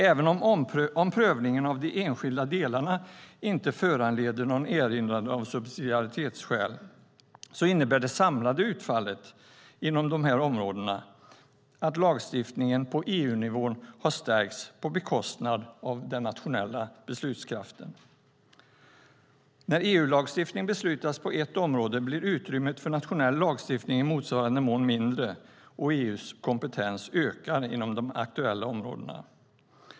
Även om prövningen av de enskilda delarna inte föranleder någon erinran av subsidiaritetsskäl innebär det samlade utfallet inom dessa områden att lagstiftningen på EU-nivån har stärkts på bekostnad av den nationella beslutskraften. När EU-lagstiftning beslutas på ett område blir utrymmet för nationell lagstiftning i motsvarande mån mindre, och EU:s kompetens ökar inom de aktuella områdena.